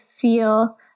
feel